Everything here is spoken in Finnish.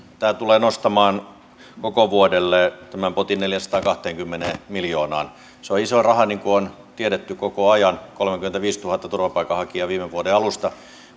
tämä tulee nostamaan potin koko vuodelle neljäänsataankahteenkymmeneen miljoonaan se on iso raha niin kuin on tiedetty koko ajan kolmekymmentäviisituhatta turvapaikanhakijaa viime vuoden alusta